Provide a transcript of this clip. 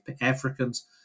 Africans